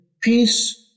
peace